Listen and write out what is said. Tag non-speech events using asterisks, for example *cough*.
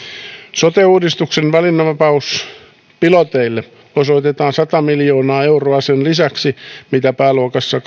sote uudistuksen valinnanvapauspiloteille osoitetaan sata miljoonaa euroa sen lisäksi mitä pääluokassa *unintelligible*